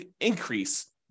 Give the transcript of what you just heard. increase